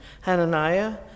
Hananiah